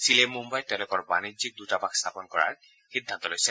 চিলিয়ে মুম্বাইত তেওঁলোকৰ বাণিজ্যিক দূতাবাস স্থাপন কৰাৰ সিদ্ধান্ত লৈছে